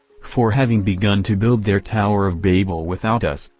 for having begun to build their tower of babel without us,